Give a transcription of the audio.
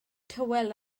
tywel